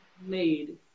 made